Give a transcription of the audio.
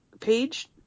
Page